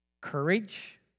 courage